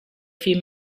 few